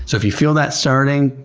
so if you feel that starting,